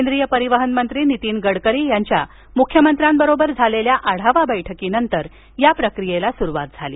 केंद्रीय परिवहन मंत्री नितीन गडकरी यांच्या मुख्यमंत्र्यांबरोबर झालेल्या आढावा बैठकीनंतर या प्रक्रियेला सुरुवात झाली